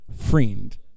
friend